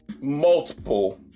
multiple